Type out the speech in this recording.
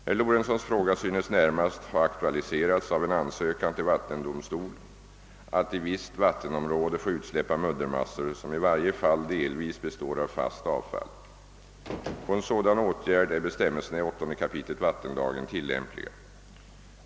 Herr Lorentzons fråga synes närmast ha aktualiserats av en ansökan till vattendomstol att i visst vattenområde få utsläppa muddermassor, som i varje fall delvis består av fast avfall. På en sådan åtgärd är bestämmelserna i 8 kap. vattenlagen tillämpliga.